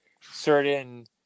certain